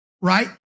right